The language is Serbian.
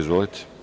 Izvolite.